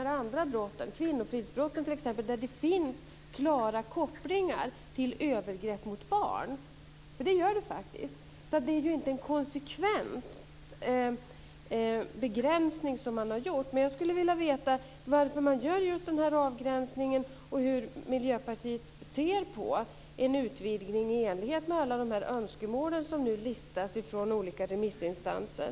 Det gäller t.ex. kvinnofridsbrott, där det finns klara kopplingar till övergrepp mot barn. Det gör det faktiskt. Så det är inte en konsekvent begränsning som man har gjort. Jag skulle vilja veta varför man gör just den här avgränsningen och hur Miljöpartiet ser på en utvidgning i enlighet med alla de önskemål som nu listas från olika remissinstanser.